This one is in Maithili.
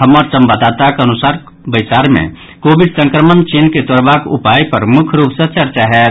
हमर संवाददाताक अनुसार बैसार मे कोविड संक्रमणक चेन के तोड़बाक उपाय पर मुख्य रूप सँ चर्चा होयत